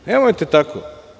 Nemojte tako.